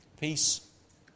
peace